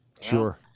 Sure